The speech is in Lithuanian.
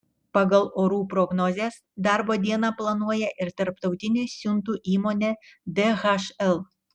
pagal orų prognozes darbo dieną planuoja ir tarptautinė siuntų įmonė dhl